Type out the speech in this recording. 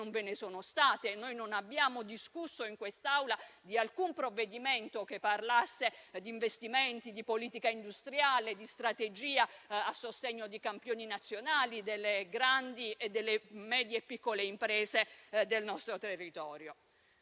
non ve ne sono state. Non abbiamo discusso in quest'Aula di alcun provvedimento che parlasse di investimenti, di politica industriale, di strategia a sostegno di campioni nazionali, delle grandi, delle medie e delle piccole imprese del nostro territorio.